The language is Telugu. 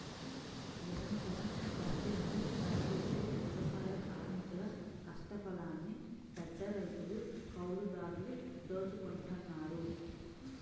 నిరంతరం కష్టించి పనిజేసే వ్యవసాయ కార్మికుల కష్టఫలాన్ని పెద్దరైతులు, కౌలుదారులు దోచుకుంటన్నారు